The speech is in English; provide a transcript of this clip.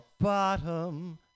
bottom